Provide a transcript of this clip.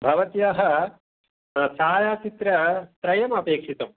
भवत्याः छायाचित्रत्रयम् अपेक्षितम्